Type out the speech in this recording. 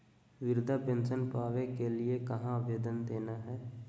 वृद्धा पेंसन पावे के लिए कहा आवेदन देना है?